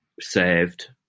saved